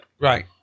Right